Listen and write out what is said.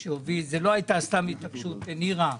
שהוא הוביל, זו לא הייתה סתם התעקשות, נירה.